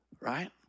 right